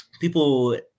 people